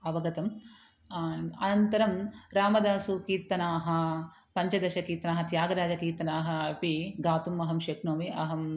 अवगतम् अनन्तरं रामदासकीर्तनाः पञ्चदशकीर्तनाः त्यागराजकीर्तनाः अपि गातुम् अहं शक्नोमि अहम्